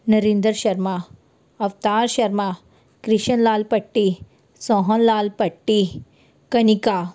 Narendra Sharma Avtar Sharma Krishan Lal Bhatti Sohan Lal Bhatti Kanika